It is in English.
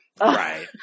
Right